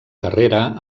carrera